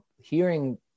hearing